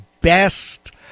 best